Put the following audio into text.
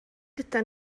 gyda